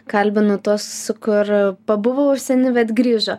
kalbinu tuos kur pabuvo užsieny bet grįžo